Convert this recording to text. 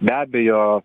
be abejo